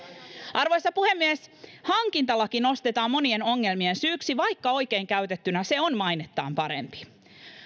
arvoisa puhemies hankintalaki nostetaan monien ongelmien syyksi vaikka oikein käytettynä se on mainettaan parempi